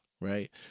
Right